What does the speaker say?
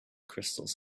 crystals